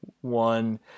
one